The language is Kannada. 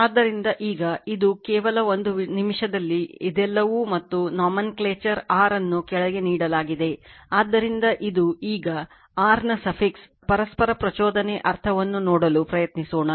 ಆದ್ದರಿಂದ ಈಗ ಇದು ಕೇವಲ ಒಂದು ನಿಮಿಷದಲ್ಲಿ ಇದೆಲ್ಲವೂ ಮತ್ತು nomenclature ಪರಸ್ಪರ ಪ್ರಚೋದನೆ ಅರ್ಥವನ್ನು ನೋಡಲು ಪ್ರಯತ್ನಿಸೋಣ